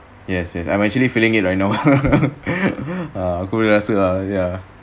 yes yes I'm actually feeling it right now